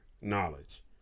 knowledge